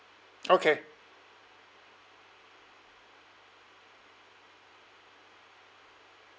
okay